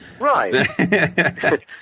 Right